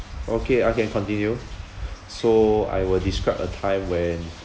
okay I can continue so I will describe a time when